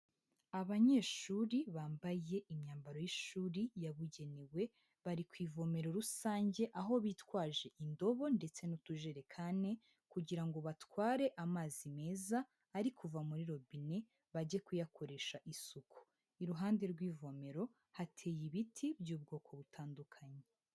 Abanyeshuri bambaye imyambaro y'ishuri yabugenewe, bari ku ivomero rusange aho bitwaje indobo ndetse n'utujerekani kugira ngo batware amazi meza ari kuva muri robine bajye kuyakoresha isuku, iruhande rw'ivomero hateye ibiti by'ubwoko butandukanye.